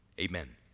amen